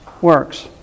works